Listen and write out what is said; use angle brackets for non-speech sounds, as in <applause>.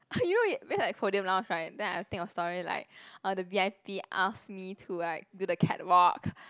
<laughs> you know <noise> because like podium lounge right then I'll think of stories like uh the V_I_P ask me to like do the catwalk